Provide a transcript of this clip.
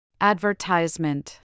Advertisement